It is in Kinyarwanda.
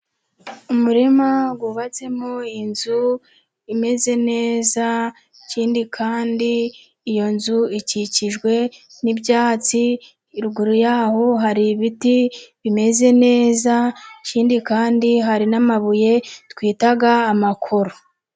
Umurima wubatsemo inzu imeze neza. Ikindi kandi iyo nzu ikikijwe n'ibyatsi. Harugu yaho hari ibiti bimeze neza. Ikindi kandi hari n'amabuye twita amakoro.